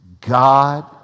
God